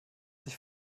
sich